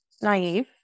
naive